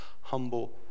humble